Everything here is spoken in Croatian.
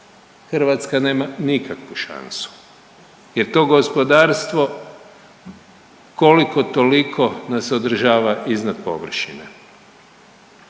Hrvatska nema nikakvu šansu jer to gospodarstvo koliko toliko nas održava iznad površine.